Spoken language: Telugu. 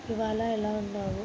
ఇవాళ ఎలా ఉన్నావు